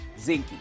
Zinky